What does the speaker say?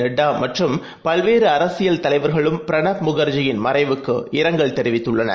நட்டாமற்றும்பல்வேறுஅரசியல்தலைவர்களும் பிரணாப்முகர்ஜியின்மறைவுக்குஇரங்கல்தெரிவித்துள்ளனர்